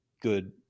good